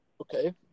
Okay